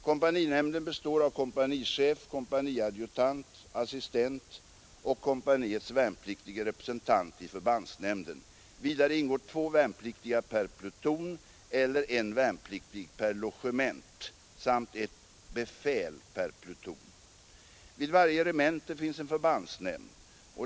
Kompaninämnd består av kompanichef, kompaniadjutant, kompaniassistent och kompaniets värnpliktige representant i förbandsnämnden. Vidare ingår två Vid varje regemente finns en förbandsnämd.